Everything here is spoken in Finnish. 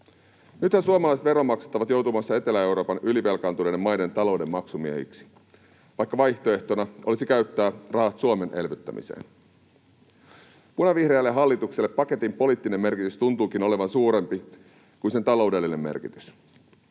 Nythän suomalaiset veronmaksajat ovat joutumassa Etelä-Euroopan ylivelkaantuneiden maiden talouden maksumiehiksi, vaikka vaihtoehtona olisi käyttää rahat Suomen elvyttämiseen. Punavihreälle hallitukselle paketin poliittinen merkitys tuntuukin olevan suurempi kuin sen taloudellinen merkitys.